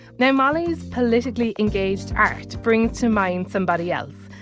now molly's politically engaged art brings to mind somebody else.